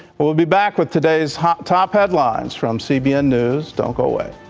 but we'll be back with today's top top headlines from cbn news don't go away.